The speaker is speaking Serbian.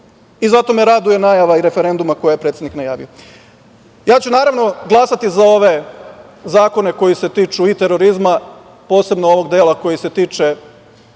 Zato me raduje i najava referenduma koju je predsednik najavio. Naravno, ja ću glasati za ove zakone koji se tiču i terorizma, posebno ovog dela koji se tiče